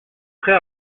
très